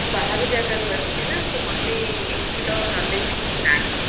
ମୁଁ ବାହାର ଜାଗାରୁ ଆସିଛି ନା ତ ମୋତେ ଏଠି ତ ନଲେଜ୍ କିଛି ନାହିଁ